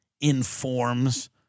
informs